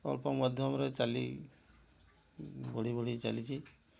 ଅଳ୍ପ ମଧ୍ୟମରେ ଚାଲି ବଢ଼ି ବଢ଼ି ଚାଲିଛି